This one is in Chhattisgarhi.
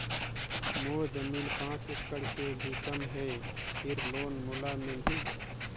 मोर जमीन पांच एकड़ से भी कम है फिर लोन मोला मिलही?